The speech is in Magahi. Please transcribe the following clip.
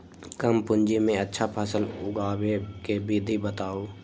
कम पूंजी में अच्छा फसल उगाबे के विधि बताउ?